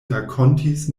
rakontis